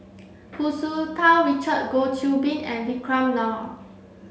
Hu Tsu Tau Richard Goh Qiu Bin and Vikram Nair